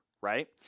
right